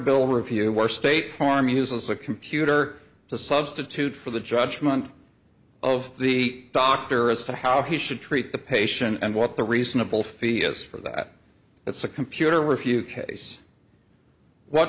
bill review where state farm uses a computer to substitute for the judgment of the doctor as to how he should treat the patient and what the reasonable fee is for that it's a computer